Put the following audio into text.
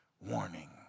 warning